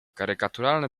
karykaturalne